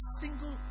single